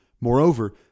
Moreover